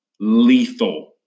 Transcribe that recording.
lethal